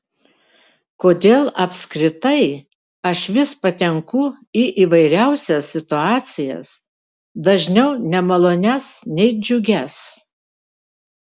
kodėl apskritai aš vis patenku į įvairiausias situacijas dažniau nemalonias nei džiugias